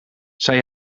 zij